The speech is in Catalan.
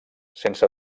sense